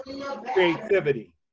Creativity